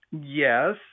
Yes